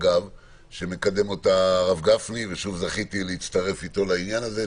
שמקדם הרב גפני וזכיתי להצטרף אליו לעניין הזה.